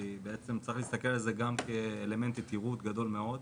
כי צריך להסתכל על זה גם כאלמנט הכירות גדול מאוד,